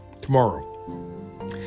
tomorrow